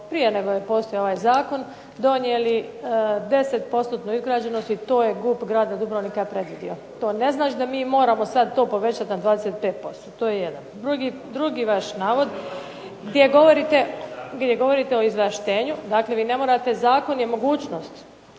prije nego je postojao ovaj Zakon donijeli 10% izgrađenost i to je GUP grada Dubrovnika predvidio, to ne znači da mi moramo sada to povećati na 25%, to je jedan. Drugi vaš navod gdje govorite o izvlaštenju, vi ne morate, zakon je mogućnost,